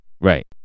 right